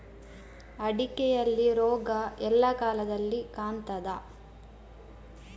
ಅಡಿಕೆಯಲ್ಲಿ ರೋಗ ಎಲ್ಲಾ ಕಾಲದಲ್ಲಿ ಕಾಣ್ತದ?